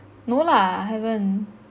no lah haven't